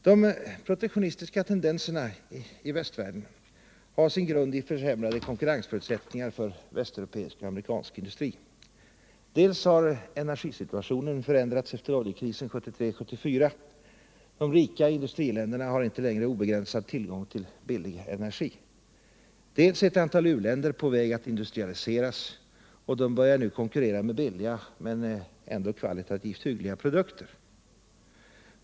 De protektionistiska tendenserna i västvärlden har sin grund i försämrade konkurrensförutsättningar för västeuropeisk och amerikansk industri. Dels har energisituationen förändrats efter oljekrisen 1973-1974. De rika industriländerna har inte längre obegränsad tillgång till billig energi. Dels är ett antal u-länder på väg att industrialiseras, och de börjar nu konkurrera med billiga men ändå kvalitativt hyggliga produkter.